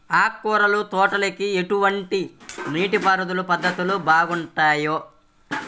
ఆకుకూరల తోటలకి ఎటువంటి నీటిపారుదల పద్ధతులు బాగుంటాయ్?